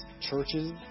churches